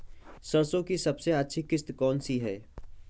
सरसो की सबसे अच्छी किश्त कौन सी है?